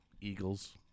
Eagles